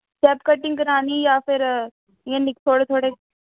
step cutting करानी जां फिर जां इ'यां थोह्ड़े थोह्ड़े